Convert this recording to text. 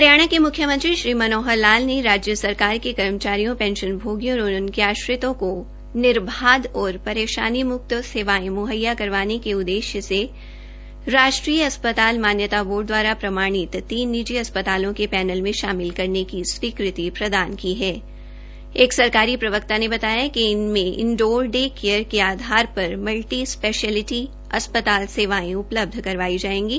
हरियाणा के म्रख्यमंत्री मनोहर लाल ने राज्य सरकार के कर्मचारियों पेंशनभोगियों और उनके आश्रितों को निर्बाध और परेशानी मुक्त सेवाएं मुहैया करवाने के उद्देश्य से राष्ट्रीय अस्पताल मान्यता बोर्ड द्वारा प्रमाणित तीन निजी अस्पतालों के पैनल में शामिल करने की स्वीकृति प्रदान की है एक सरकारी प्रवक्ता ने बताया कि इनमें इनडोर डे केयर के आधार पर मल्टी स्पेशलिटी अस्पताल सेवाएं उपलब्ध करवाई जाएंगी